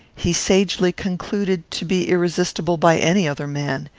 he sagely concluded to be irresistible by any other man,